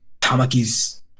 Tamaki's